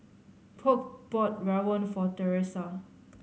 Polk bought Rawon for Teressa